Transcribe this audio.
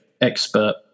expert